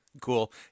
cool